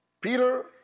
Peter